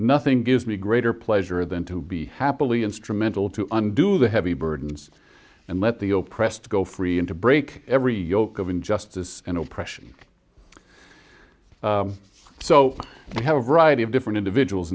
nothing gives me greater pleasure than to be happily instrumental to undo the heavy burdens and let the o pressed go free and to break every yoke of injustice and oppression so i have a variety of different individuals